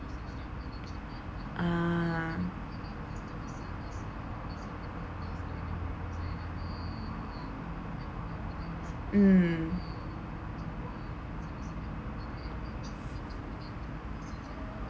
uh mm